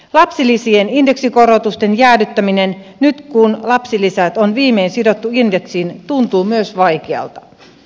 lapsilisien indeksikorotusten jäädyttäminen nyt kun lapsilisät on viimein sidottu indeksiin tuntuu myös vaikealta